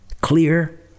clear